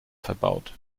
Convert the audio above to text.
verbaut